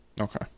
Okay